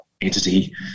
entity